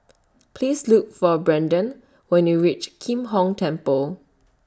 Please Look For Braiden when YOU REACH Kim Hong Temple